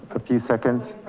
a few seconds.